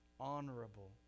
honorable